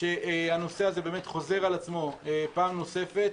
שהנושא הזה באמת חוזר על עצמו פעם נוספת,